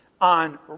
on